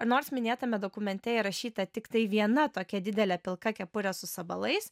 nors minėtame dokumente įrašyta tiktai viena tokia didelė pilka kepurė su sabalais